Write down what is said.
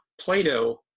Plato